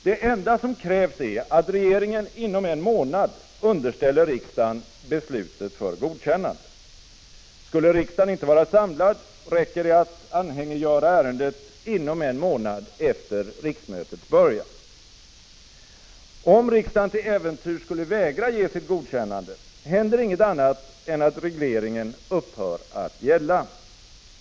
Det enda som krävs är att regeringen inom en månad underställer riksdagen beslutet för godkännande. Skulle riksdagen inte vara samlad, räcker det att anhängiggöra ärendet inom en månad efter riksmötets början. Om riksdagen till äventyrs skulle vägra ge sitt godkännande, händer inget annat än att regleringen upphör att gälla.